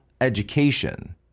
education